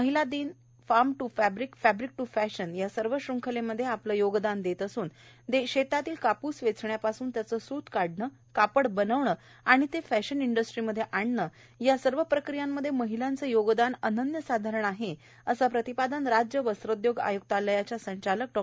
महिला फार्म पू fabric fabric पू फॅशन या सर्व शृंखलेमध्ये आपले योगदान देत असून शेतातील कापूस वेचण्यापासून त्याचे स्त कातणे कापड बनवणे व ते फॅशन इंडस्ट्रीमध्ये आणनं या सर्व प्रक्रियामध्ये महिलांचे योगदान अनन्यसाधारण आहे असे प्रतिपादन राज्य वस्त्रोद्योग आय्क्तालयाच्या संचालक डॉ